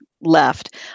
left